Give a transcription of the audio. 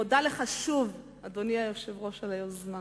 אני מודה לך שוב, אדוני היושב-ראש, על היוזמה.